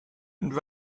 and